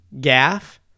Gaff